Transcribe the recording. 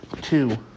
Two